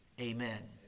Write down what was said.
Amen